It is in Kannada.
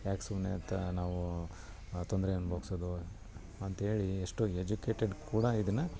ಯಾಕೆ ಸುಮ್ಮನೆ ತ ನಾವು ತೊಂದರೆ ಅನುಭವ್ಸೋದು ಅಂಥೇಳಿ ಎಷ್ಟೋ ಎಜುಕೇಟೆಡ್ ಕೂಡ ಇದನ್ನು